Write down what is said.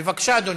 בבקשה, אדוני.